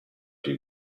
you